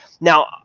Now